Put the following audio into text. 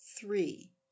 three